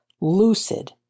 lucid